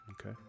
okay